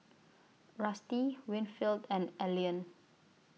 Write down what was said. Rusty Winfield and Elian